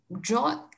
draw